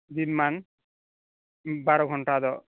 ᱫᱤᱱᱢᱟᱱ ᱵᱟᱨᱚ ᱜᱷᱚᱱᱴᱟ ᱫᱚ